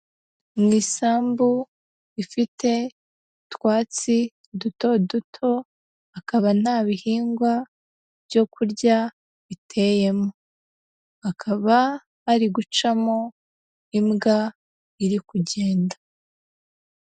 Mu isambu ifite utwatsi duto duto, akaba nta bihingwa byo kurya biteyemo, akaba hari gucamo imbwa iri kugenda.